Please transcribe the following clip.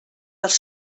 als